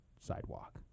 sidewalk